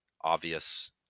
obvious